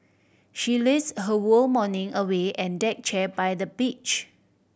she lazed her morning away and deck chair by the beach